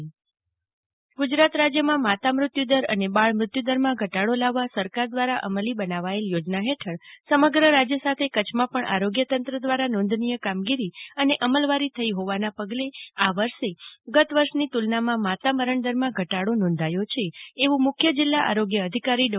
જાગતિ વકીલ માતા મુર્ત્યુદર ઘટાડો ગુજરાત રાજ્યમાં માતા મુત્યુદર અને બાળમુત્યુ દરમાં ધટાડો લાવવા સરકાર દ્વારા અમલી બનાવેલ યોજના હેઠળ સમગ્ર રાજ્ય સાથે કરછમાં પણ આરોગ્યતંત્ર દ્વારા નોધનીય કામગીરી અને અમલવારી થઇ હોવાના પગલે આ વર્ષ ગત વર્ષની તુલનામાં માતા મરણદરમાં ધટાડો નોધાયો છે એવું મુખ્ય જીલ્લા આરોગ્ય અધિકારી ડો